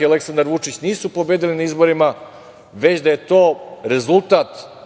i Aleksandar Vučić nisu pobedili na izborima, već da je to rezultat